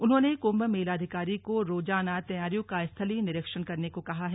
उन्होंने कम्भ मेलाधिकारी को रोजाना तैयारियों का स्थलीय निरीक्षण करने को कहा है